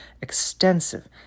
extensive